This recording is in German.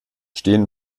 stehen